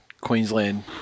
Queensland